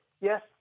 Yes